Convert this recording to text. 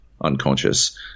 unconscious